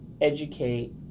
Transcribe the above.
educate